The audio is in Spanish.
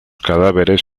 cadáveres